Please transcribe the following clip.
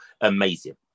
amazing